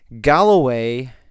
Galloway